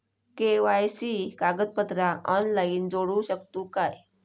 KYC कागदपत्रा online जोडू शकतू का?